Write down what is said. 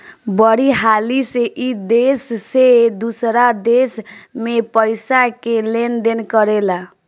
बड़ी हाली से ई देश से दोसरा देश मे पइसा के लेन देन करेला